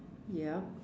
yup